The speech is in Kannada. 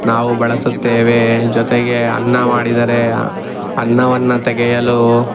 ನಾವು ಬಳಸುತ್ತೇವೆ ಜೊತೆಗೆ ಅನ್ನ ಮಾಡಿದರೆ ಅನ್ನವನ್ನು ತೆಗೆಯಲು